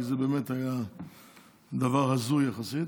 כי זה באמת היה דבר הזוי יחסית.